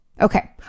Okay